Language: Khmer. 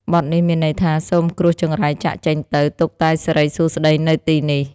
បទនេះមានន័យថា សូមគ្រោះចង្រៃចាកចេញទៅ ទុកតែសិរីសួស្ដីនៅទីនេះ។